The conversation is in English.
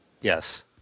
Yes